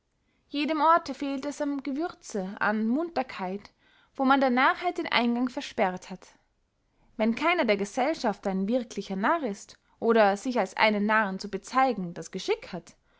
jedem orte fehlt es am gewürze an munterkeit wo man der narrheit den eingang versperrt hat wenn keiner der gesellschafter ein wirklicher narr ist oder sich als einen narren zu bezeigen das geschick hat